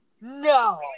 No